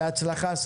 בהצלחה, אדוני.